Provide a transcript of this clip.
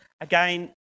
again